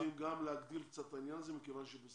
אנחנו רוצים להגדיל קצת את העניין הזה מכיוון שיש